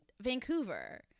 vancouver